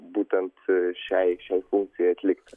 būtent šiai šiai funkcijai atlikti